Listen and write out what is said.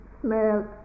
smell